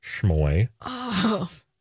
schmoy